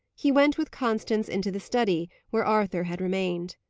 he went with constance into the study, where arthur had remained.